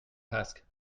ask